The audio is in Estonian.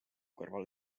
kõrval